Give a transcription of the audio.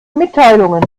mitteilungen